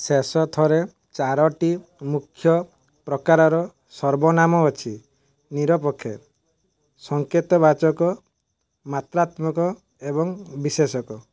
ଶେଷୋ ଥୋରେ ଚାରୋଟି ମୁଖ୍ୟ ପ୍ରକାରର ସର୍ବନାମ ଅଛି ନିରପେକ୍ଷ ସଙ୍କେତବାଚକ ମାତ୍ରାତ୍ମକ ଏବଂ ବିଶେଷକ